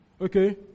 Okay